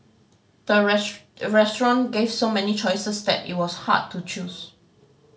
the restaurant gave so many choices that it was hard to choose